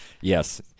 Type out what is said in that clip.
Yes